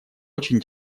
очень